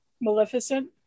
maleficent